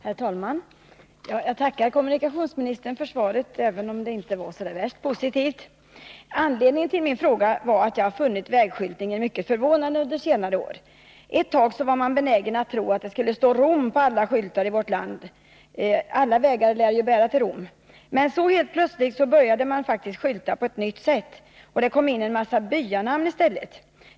Herr talman! Jag tackar kommunikationsministern för svaret, även om det inte var så värst positivt. Anledningen till min fråga är att jag under senare år har funnit vägskyltningen mycket förvånande. Ett tag var man benägen att tro att det skulle stå Rom på alla skyltar i vårt land, för alla vägar lär ju bära till Rom. Men så helt plötsligt började skyltningen utföras på ett nytt sätt, och det kom in en mängd byanamn i stället.